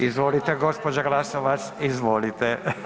Izvolite gđa. Glasovac, izvolite.